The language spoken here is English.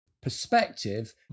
perspective